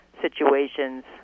situations